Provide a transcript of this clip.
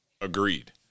Agreed